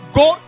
go